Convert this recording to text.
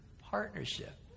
partnership